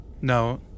no